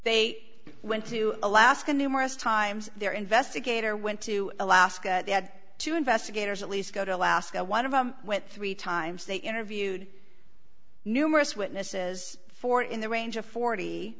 they went to alaska numerous times their investigator went to alaska they had two investigators elise go to alaska one of them went three times they interviewed numerous witnesses for in the range of forty